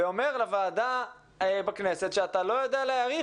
ואומר לוועדה בכנסת שאתה לא יודע להעריך